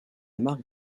marque